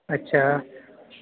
अछा